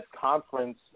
conference